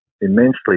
immensely